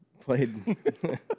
played